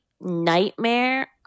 Nightmare